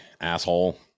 asshole